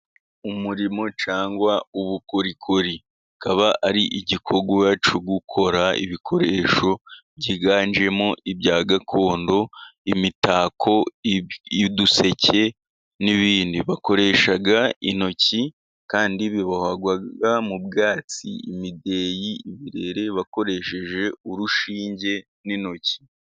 Umurimo cyangwa ubukorikori, akaba ari igikorwa cyo gukora ibikoresho byiganjemo ibya gakondo, imitako y'uduseke, n'ibindi. Bakoresha intoki kandi bibohwa mu byatsi, imideyi, ibirere, bakoresheje urushinge n'intoki.